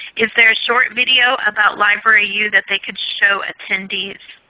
is there a short video about libraryyou that they could show attendees?